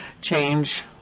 change